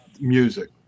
Music